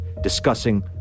discussing